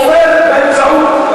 שהוא יקרא, הוא אומר באמצעות,